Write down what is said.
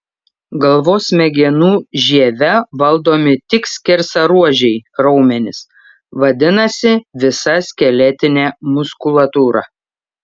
galvos smegenų žieve valdomi tik skersaruožiai raumenys vadinasi visa skeletinė muskulatūra